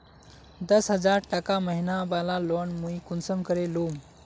दस हजार टका महीना बला लोन मुई कुंसम करे लूम?